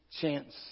chance